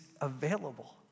available